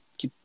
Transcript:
que